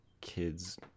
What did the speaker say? kids